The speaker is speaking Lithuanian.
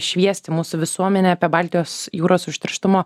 šviesti mūsų visuomenę apie baltijos jūros užterštumo